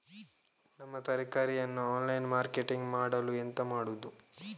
ನಮ್ಮ ತರಕಾರಿಯನ್ನು online marketing ಮಾಡಲು ಎಂತ ಮಾಡುದು?